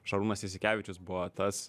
šarūnas jasikevičius buvo tas